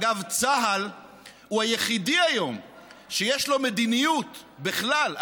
אגב, צה"ל הוא היחידי היום שיש לו מדיניות בכלל.